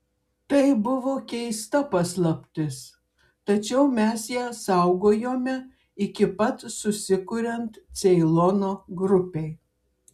tai buvo keista paslaptis tačiau mes ją saugojome iki pat susikuriant ceilono grupei